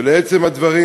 ולעצם הדברים,